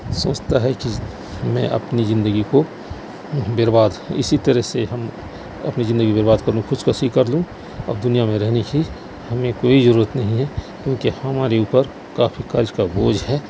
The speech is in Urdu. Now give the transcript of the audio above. سوچتا ہے کہ میں اپنی زندگی کو برباد اسی طرح سے ہم اپنی زندگی برباد کر لوں خودکشی کر لوں اب دنیا میں رہنے کی ہمیں کوئی ضرورت نہیں ہے کیونکہ ہمارے اوپر کافی قرض کا بوجھ ہے